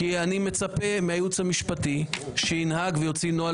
אני מצפה מהייעוץ המשפטי שינהג ויוציא נוהל